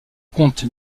compte